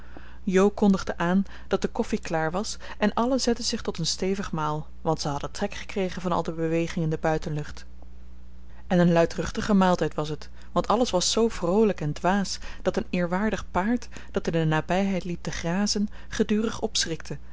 jo kondigde aan dat de koffie klaar was en allen zetten zich tot een stevig maal want ze hadden trek gekregen van al de beweging in de buitenlucht en een luidruchtige maaltijd was het want alles was zoo vroolijk en dwaas dat een eerwaardig paard dat in de nabijheid liep te grazen gedurig opschrikte